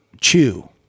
chew